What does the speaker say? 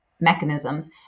mechanisms